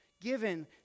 given